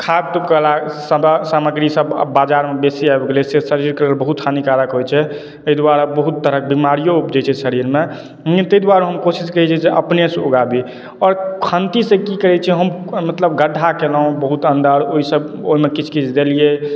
खाद कला सामग्री सब आब बाजारमे बेसी आबि गेलै से सब्जीके लेल बहुत हानिकारक होइत छै एहि दुआरे बहुत तरहक बीमारियो ऊपजैत छै शरीरमे ताहि दुआरे हम कोशिश करैत छी अपनेसँ ऊगाबी आओर खंतीसँ की करैत छी हम मतलब गड्ढा केलहुँ बहुत अन्दर ओहिसँ ओहिमे किछु किछु देलियै